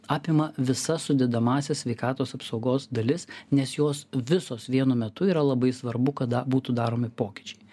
apima visas sudedamąsias sveikatos apsaugos dalis nes jos visos vienu metu yra labai svarbu kada būtų daromi pokyčiai